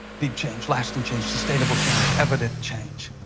deep change, lasting change, sustainable change, evident change.